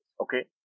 Okay